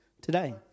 today